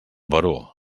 baró